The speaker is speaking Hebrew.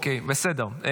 אוקיי, בסדר.